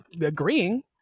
agreeing